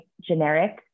generic